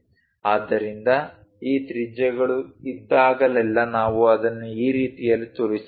ಆದ್ದರಿಂದ ಈ ತ್ರಿಜ್ಯಗಳು ಇದ್ದಾಗಲೆಲ್ಲಾ ನಾವು ಅದನ್ನು ಆ ರೀತಿಯಲ್ಲಿ ತೋರಿಸಬೇಕು